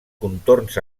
contorns